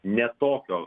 ne tokio